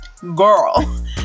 girl